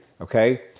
okay